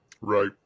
Right